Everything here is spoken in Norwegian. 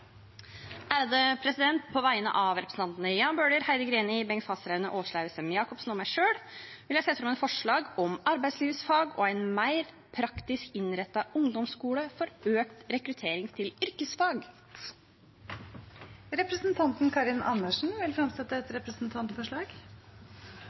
På vegne av representantene Jan Bøhler, Heidi Greni, Bengt Fasteraune, Åslaug Sem-Jacobsen og meg selv vil jeg sette fram et forslag om arbeidslivsfag og en mer praktisk innrettet ungdomsskole for økt rekruttering til yrkesfag. Representanten Karin Andersen vil fremsette et